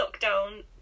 lockdown